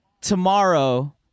tomorrow